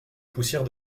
poussière